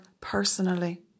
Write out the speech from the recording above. personally